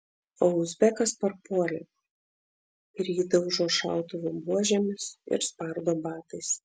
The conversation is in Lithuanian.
o uzbekas parpuolė ir jį daužo šautuvų buožėmis ir spardo batais